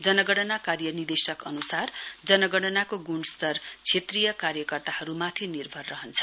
जनगणना कार्य निदेशक अनुसार जनगणनाको ग्णस्तर क्षेत्रीय कार्यकर्ताहरूमाथि निर्भर रहन्छ